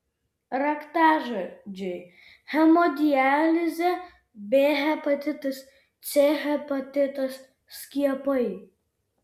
raktažodžiai hemodializė b hepatitas c hepatitas skiepai